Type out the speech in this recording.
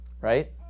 Right